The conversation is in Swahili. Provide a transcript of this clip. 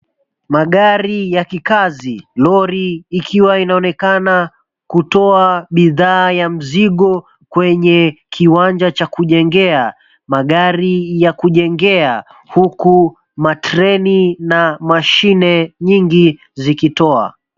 Magari ya kikazi, lori ikiwa inaonekana kutoa bidhaa ya mzigo kwenye kiwanja cha kujengea magari ya kujengea, huku matreni na mashine nyingi zikitoa.